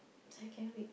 second week